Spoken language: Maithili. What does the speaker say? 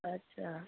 अच्छा